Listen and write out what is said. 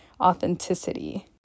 authenticity